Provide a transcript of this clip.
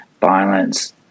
violence